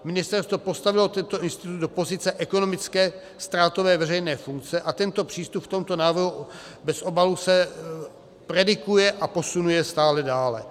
Ministerstvo postavilo tento institut do pozice ekonomicky ztrátové veřejné funkce a tento přístup v tomto návrhu bez obalu se predikuje a posunuje stále dále.